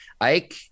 Ike